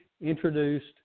introduced